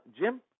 Jim